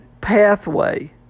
pathway